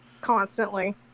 Constantly